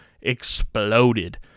exploded